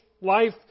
life